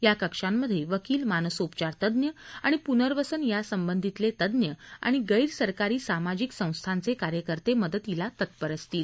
या कक्षांमधे वकिल मानसोपचारतज्ञ आणि पुनर्वसन यासंबधीतले तज्ञ आणि गैरसरकारी सामाजिक संस्थांचे कार्यकर्ते मदतीला तत्पर असतील